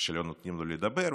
שלא נותנים לו לדבר,